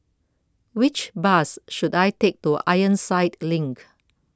which bus should I take to Ironside Link